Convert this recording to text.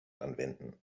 anwenden